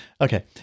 okay